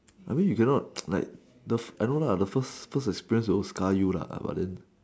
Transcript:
I mean you cannot like I don't know like the first express of scar you